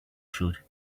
should